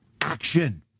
action